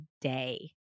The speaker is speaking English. day